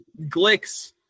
Glicks